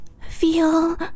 Feel